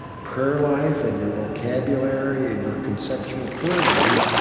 prayer life and your vocabulary and your conceptual frame.